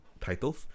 titles